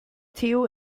theo